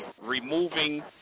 removing